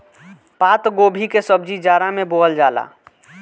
पातगोभी के सब्जी जाड़ा में बोअल जाला